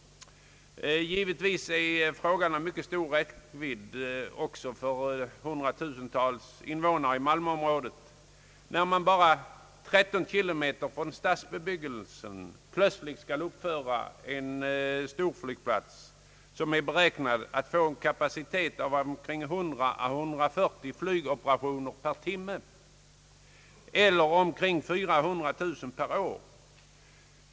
Givetvis är frågan av mycket stor räckvidd för hundratusentals invånare i Malmöområdet, när man bara 13 kilometer från stadsbebyggelsen plötsligt skall uppföra en storflygplats som är beräknad att få en kapacitet av 100—140 flygoperationer per timme eller omkring 400 000 per år.